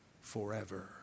forever